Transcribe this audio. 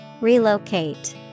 Relocate